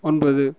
ஒன்பது